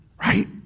Right